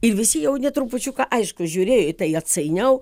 ir visi jauni trupučiuką aišku žiūrėjo į tai atsainiau